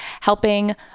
helping